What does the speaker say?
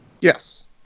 yes